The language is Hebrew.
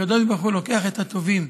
שהקדוש ברוך הוא לוקח את הטובים.